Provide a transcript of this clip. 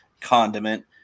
condiment